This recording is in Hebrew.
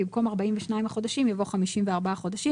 במקום "42 החודשים" יבוא "54 החודשים".